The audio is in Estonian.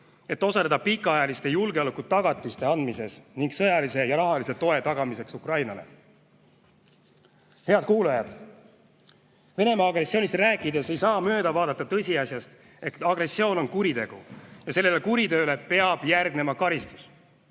et osaleda pikaajaliste julgeolekutagatiste andmises ning sõjalise ja rahalise toe tagamises Ukrainale. Head kuulajad! Venemaa agressioonist rääkides ei saa mööda vaadata tõsiasjast, et agressioon on kuritegu, ja sellele kuriteole peab järgnema karistus.